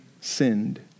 sinned